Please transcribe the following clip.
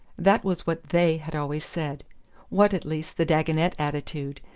that was what they had always said what, at least, the dagonet attitude,